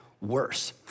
Worse